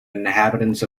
inhabitants